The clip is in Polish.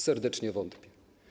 Serdecznie wątpię.